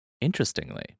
Interestingly